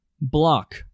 Block